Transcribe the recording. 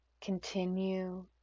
continue